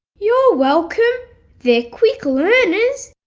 you're welcome they're quick learners!